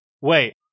Wait